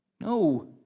No